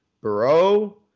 Bro